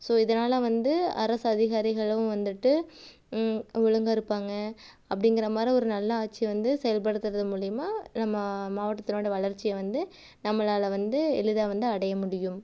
so இதனால் வந்து அரசு அதிகாரிகளும் வந்துவிட்டு ஒழுங்காக இருப்பாங்க அப்படிங்குறமாரி ஒரு நல்ல ஆட்சியை வந்து செயல்படுத்துகிறது மூலியமாக நம்ம மாவட்டத்தினோட வளர்ச்சியை வந்து நம்மளால் வந்து எளிதாக வந்து அடைய முடியும்